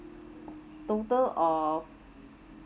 total of